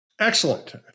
Excellent